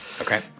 Okay